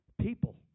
people